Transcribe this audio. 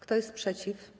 Kto jest przeciw?